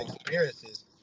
experiences